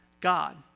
God